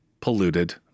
polluted